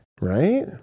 right